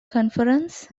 conference